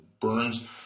burns